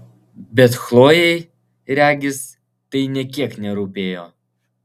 bet chlojei regis tai nė kiek nerūpėjo